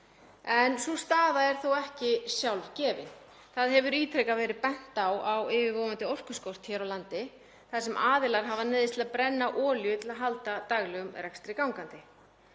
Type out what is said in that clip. Sú staða er þó ekki sjálfgefin. Það hefur ítrekað verið bent á yfirvofandi orkuskort hér á landi þar sem aðilar hafa neyðst til að brenna olíu til að halda daglegum rekstri gangandi.